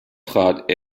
trat